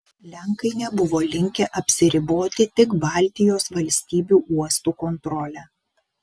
lenkai nebuvo linkę apsiriboti tik baltijos valstybių uostų kontrole